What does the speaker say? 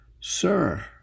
Sir